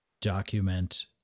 document